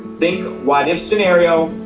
think, what if scenario.